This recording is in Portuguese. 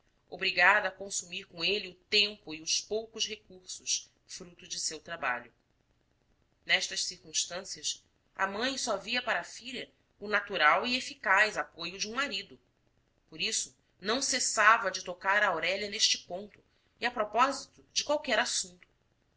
obrigada a consumir com ele o tempo e os poucos recursos fruto de seu trabalho nestas circunstâncias a mãe só via para a filha o natural e eficaz apoio de um marido por isso não cessava de tocar a aurélia neste ponto e a propósito de qualquer assunto